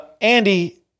andy